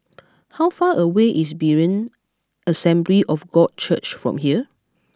how far away is Berean Assembly of God Church from here